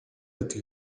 байдаг